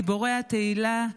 גיבורי התהילה,